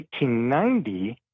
1890